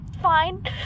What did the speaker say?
fine